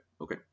okay